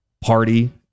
party